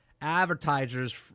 advertisers